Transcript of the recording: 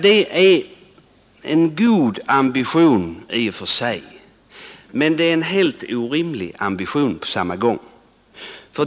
Det är en god ambition i och för sig, men den är helt orimlig.